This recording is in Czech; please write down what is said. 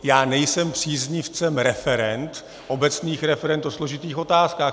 Já nejsem příznivcem referend, obecných referend o složitých otázkách.